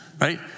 right